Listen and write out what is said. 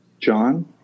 John